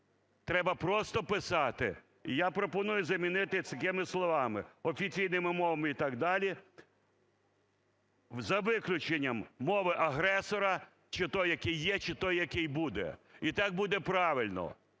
треба просто писати. Я пропоную замінити такими словами: "офіційними мовами" і так далі, за виключенням мови агресора чи той, який є, чи той який буде. І так буде правильно,